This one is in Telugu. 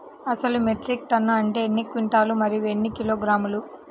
అసలు మెట్రిక్ టన్ను అంటే ఎన్ని క్వింటాలు మరియు ఎన్ని కిలోగ్రాములు?